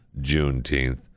Juneteenth